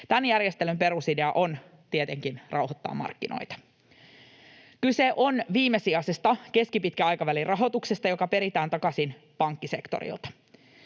Tämän järjestelyn perusidea on tietenkin rauhoittaa markkinoita. Kyse on viimesijaisesta keskipitkän aikavälin rahoituksesta, joka peritään takaisin pankkisektorilta.